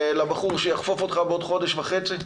לבחור שיחפוף אותך בעוד חודש וחצי,